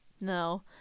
No